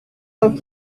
help